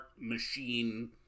machine